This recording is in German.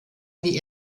die